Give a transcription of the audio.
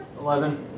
Eleven